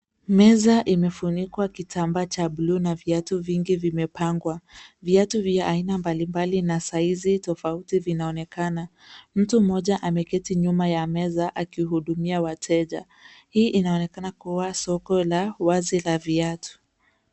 Meza imefunikwa kitambaa cha buluu na viatu vingi vimepangwa. Viatu vya aina mbalimbali na saizi tofauti vinaonekana. Mtu mmoja ameketi nyuma ya meza akihudumia wateja. Hii inaonekana kuwa soko la wazi la viatu.